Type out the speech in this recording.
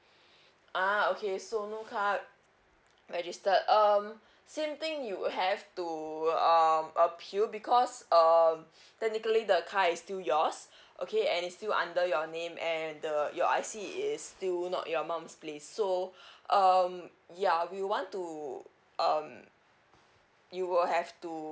ah okay so no car registered um same thing you have to um appeal because um technically the car is still yours okay and it's still under your name and the your I_C is still not your mom's place so um ya we want to um you will have to